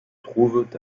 trouvent